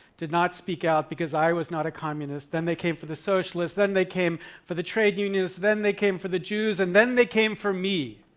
did not speak out because i was not a communist. then they came for the socialists. then they came for the trade unions. then they came for the jews. and then they came for me.